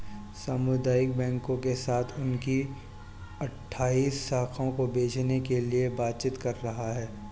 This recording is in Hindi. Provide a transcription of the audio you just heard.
सामुदायिक बैंकों के साथ उनकी अठ्ठाइस शाखाओं को बेचने के लिए बातचीत कर रहा है